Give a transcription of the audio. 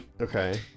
Okay